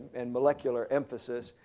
and molecular emphasis,